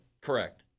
Correct